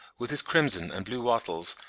with his crimson and blue wattles,